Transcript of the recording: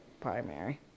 primary